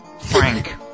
Frank